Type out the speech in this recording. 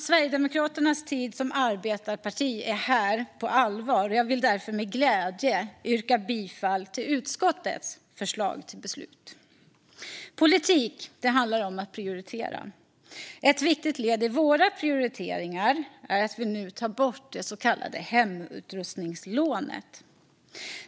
Sverigedemokraternas tid som arbetarparti är här på allvar, och jag vill därför med glädje yrka bifall till utskottets förslag till beslut. Politik är att prioritera. Ett viktigt led i våra prioriteringar är att vi nu tar bort det så kallade hemutrustningslånet.